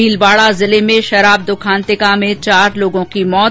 भीलवाड़ा जिले में शराब दुखान्तिका में चार लोगों की मौत